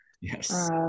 Yes